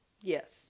Yes